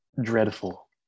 dreadful